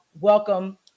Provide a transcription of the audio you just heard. welcome